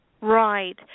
right